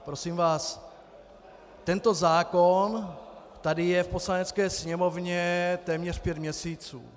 Prosím vás, tento zákon tady je v Poslanecké sněmovně téměř pět měsíců.